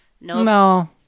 No